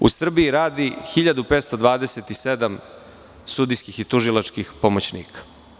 U Srbiji radi 1.527 sudijskih i tužilačkih pomoćnika.